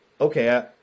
Okay